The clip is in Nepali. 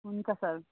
हुन्छ सर